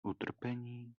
utrpení